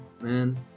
man